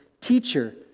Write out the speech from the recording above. Teacher